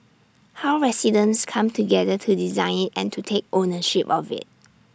how residents come together to design IT and to take ownership of IT